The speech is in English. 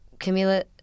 Camila